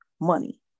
money